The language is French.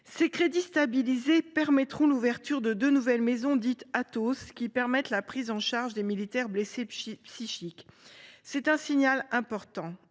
Ces crédits stabilisés garantiront l’ouverture de deux nouvelles maisons Athos, maisons qui prennent en charge les militaires blessés psychiques. C’est un signal important.